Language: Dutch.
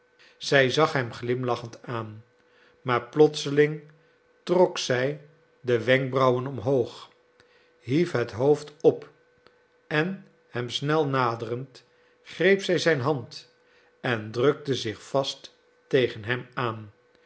zij zag hem glimlachend aan maar plotseling trok zij de wenkbrauwen omhoog hief het hoofd op en hem snel naderend greep zij zijn hand en drukte zich vast tegen hem aan